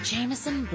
Jameson